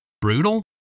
Brutal